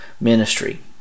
ministry